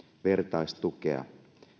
vertaistukea